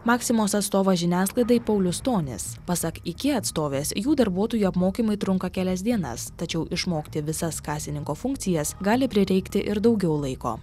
maximos atstovas žiniasklaidai paulius stonis pasak iki atstovės jų darbuotojų apmokymai trunka kelias dienas tačiau išmokti visas kasininko funkcijas gali prireikti ir daugiau laiko